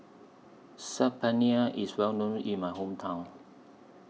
Saag Paneer IS Well known in My Hometown